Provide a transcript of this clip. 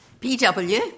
PW